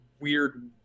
weird